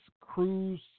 Cruz